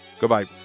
Goodbye